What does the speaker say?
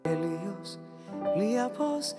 lelijos liepos